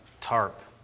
tarp